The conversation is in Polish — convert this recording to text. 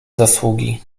zasługi